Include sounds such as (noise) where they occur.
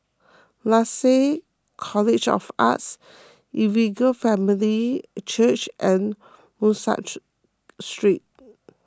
Lasalle College of the Arts Evangel Family Church and Muscat (unintelligible) Street